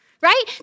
right